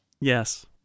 Yes